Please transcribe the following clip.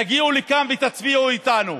תגיעו לכאן ותצביעו איתנו.